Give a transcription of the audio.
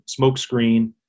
smokescreen